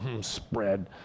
spread